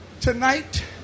Tonight